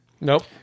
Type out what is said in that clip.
Nope